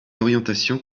orientations